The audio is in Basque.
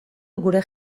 gure